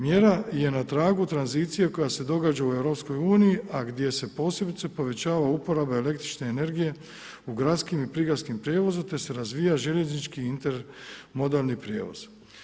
Mjera je na tragu tranzicije koja se događa u EU, a gdje se posebice povećava uporaba električne energije u gradskim i prigradskom prijevozu te se razvija željeznički i inter modalni prijevoz.